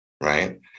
Right